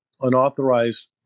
unauthorized